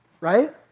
right